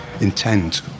intent